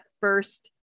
first